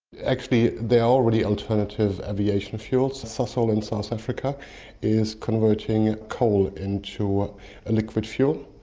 actually there are already alternative aviation fuels. sasol in south africa is converting coal into a liquid fuel,